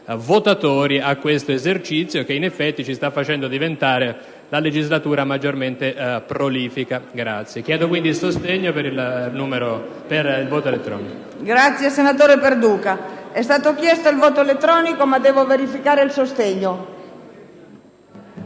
votatori, a questo esercizio che, in effetti, ci sta facendo diventare la legislatura maggiormente prolifica. Chiedo